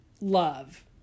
love